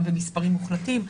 גם במספרים מוחלטים.